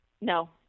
No